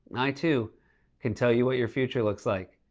i too can tell you what your future looks like.